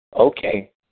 okay